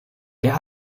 der